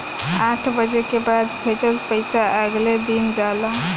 आठ बजे के बाद भेजल पइसा अगले दिन जाला